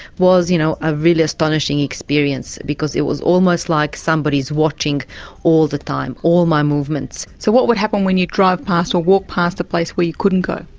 was, you know, a really astonishing experience, because it was almost like somebody's watching all the time. all my movements. so what would happen when you'd drive past or walk past a place where you couldn't go?